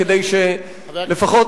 כדי שלפחות,